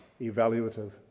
evaluative